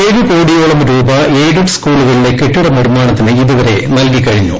ഏഴ് കോടിയോളം രൂപ എയ്ഡഡ് സ്കൂളുകളിലെ കെട്ടിട നിർമാണത്തിന് ഇതുവരെ നല്കി കഴിഞ്ഞു